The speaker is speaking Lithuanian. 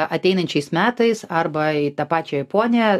ateinančiais metais arba į tą pačią japoniją